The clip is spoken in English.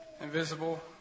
invisible